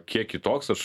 kiek kitoks aš